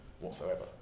whatsoever